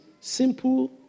Simple